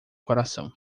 coração